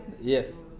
Yes